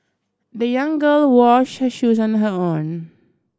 the young girl washed her shoes on her own